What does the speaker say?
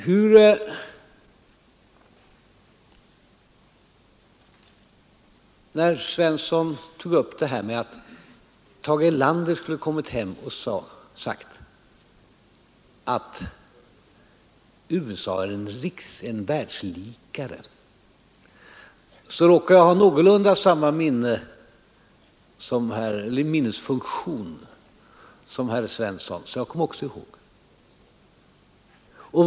Herr Svensson nämnde att Tage Erlander skulle ha kommit hem och sagt att USA är en världslikare. Jag råkar har samma minnesfunktion som herr Svensson, så jag kommer också ihåg det.